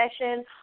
session